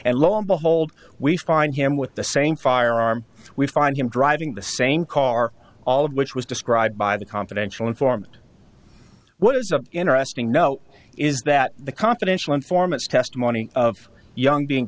and lo and behold we find him with the same firearm we find him driving the same car all of which was described by the confidential informant what is an interesting note is that the confidential informants testimony of young being